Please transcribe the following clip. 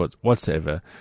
whatsoever